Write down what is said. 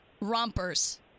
rompers